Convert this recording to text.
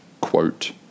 quote